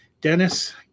Dennis